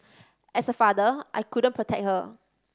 as a father I couldn't protect her